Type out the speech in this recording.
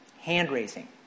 Hand-raising